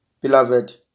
Beloved